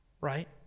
right